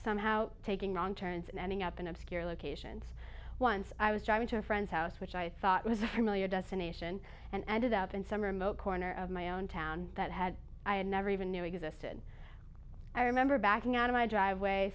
somehow taking wrong turns and ending up in obscure locations once i was driving to a friend's house which i thought was really a destination and ended up in some remote corner of my own town that had i had never even knew existed i remember backing out of my driveway